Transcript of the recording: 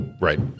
Right